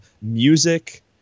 music